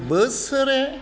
बोसोरे